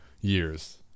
years